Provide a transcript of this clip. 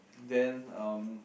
then um